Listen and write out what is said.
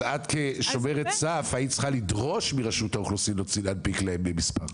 אז את כשומרת סף היית צריכה לדרוש מרשות האוכלוסין להנפיק להם מספר.